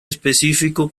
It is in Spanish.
específico